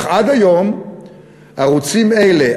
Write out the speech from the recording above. אך עד היום ערוצים אלה,